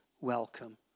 welcome